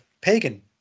pagan